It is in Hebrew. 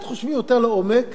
גם אם הם צודקים וגם טועים,